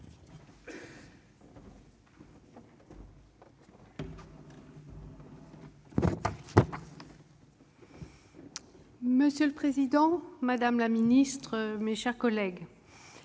Monsieur le président, madame la ministre, mes chers collègues,